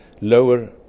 lower